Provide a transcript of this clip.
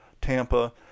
Tampa